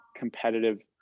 competitive